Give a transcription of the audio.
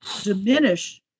diminish